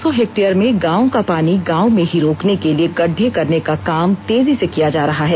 सौ हेक्टेयर में गांव का पानी गांव में ही रोकने के लिए गड्ढे करने का काम तेजी से किया जा रहा है